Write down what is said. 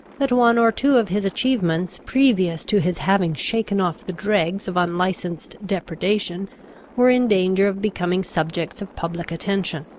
that one or two of his achievements previous to his having shaken off the dregs of unlicensed depredation were in danger of becoming subjects of public attention.